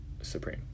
Supreme